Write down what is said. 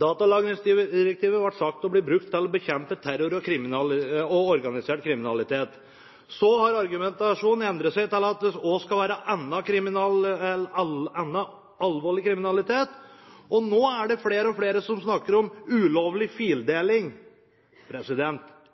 datalagringsdirektivet skulle brukes til å bekjempe terror og organisert kriminalitet. Så har argumentasjonen endret seg til at det også skal være annen alvorlig kriminalitet. Og nå er det flere og flere som snakker om ulovlig